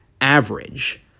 average